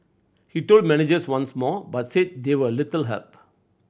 he told managers once more but said they were little help